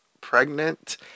pregnant